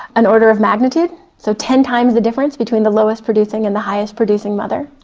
an order of magnitude, so ten times the difference between the lowest producing and the highest producing mother.